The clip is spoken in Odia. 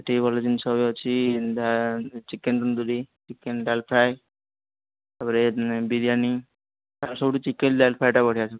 ସେଠି ବି ଭଲ ଜିନିଷ ବି ଅଛି chicken tandoori chicken dal fry ତା'ପରେ ବିରିୟାନୀ ତା'ର ସବୁଠୁ ଚିକେନ୍ ଡାଲ୍ ଫ୍ରାଏଟା ବଢ଼ିଆ